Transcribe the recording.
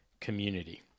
community